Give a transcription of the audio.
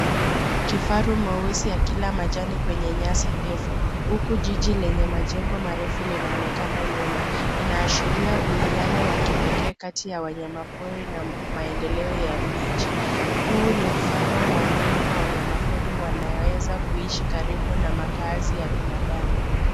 Kifaru mweusi akila majani kwenye nyasi ndefu, huku jiji lenye majengo marefu linaonekana nyuma, inaashiria uwiano wa kipekee kati ya wanyama pori na maendeleo ya miji, huu ni mfano wa namna wanyama pori wanaweza kuishi karibu na makaazi ya binadamu.